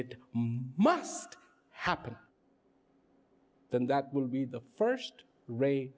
it must happen then that will be the first ray